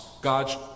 God's